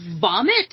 vomit